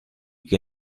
che